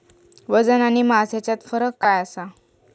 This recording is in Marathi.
वजन आणि मास हेच्यात फरक काय आसा?